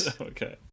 Okay